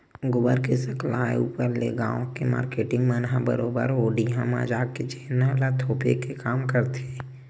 गोबर के सकलाय ऊपर ले गाँव के मारकेटिंग मन ह बरोबर ओ ढिहाँ म जाके छेना ल थोपे के काम करथे